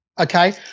okay